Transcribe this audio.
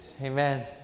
Amen